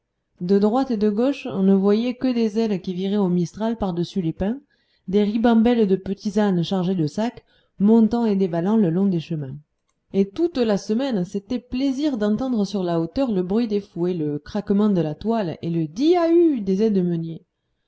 de droite et de gauche on ne voyait que des ailes qui viraient au mistral par-dessus les pins des ribambelles de petits ânes chargés de sacs montant et dévalant le long des chemins et toute la semaine c'était plaisir d'entendre sur la hauteur le bruit des fouets le craquement de la toile et le dia hue des